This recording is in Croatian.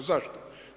Zašto?